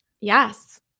Yes